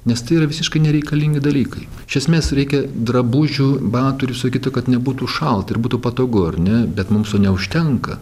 nes tai yra visiškai nereikalingi dalykai iš esmės reikia drabužių batų ir viso kito kad nebūtų šalta ir būtų patogu ar ne bet mums to neužtenka